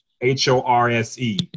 H-O-R-S-E